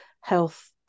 health